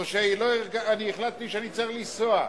או שהחלטתי שאני צריך לנסוע.